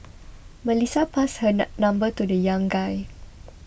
Melissa passed her number to the young guy